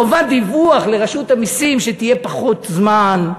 חובת דיווח לרשות המסים, שתהיה פחות זמן.